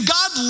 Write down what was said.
God